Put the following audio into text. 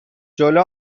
جلو